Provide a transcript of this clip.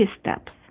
steps